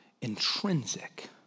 intrinsic